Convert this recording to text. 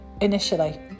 initially